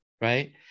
Right